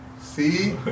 See